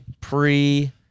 pre